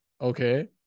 Okay